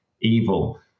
evil